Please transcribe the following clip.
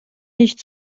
nicht